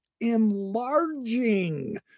enlarging